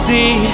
See